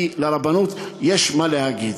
כי לרבנות יש מה להגיד.